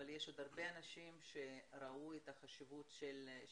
אבל יש עוד הרבה אנשים שראו את החשיבות בציון